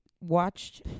watched